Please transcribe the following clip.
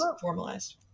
formalized